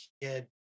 kid